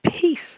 peace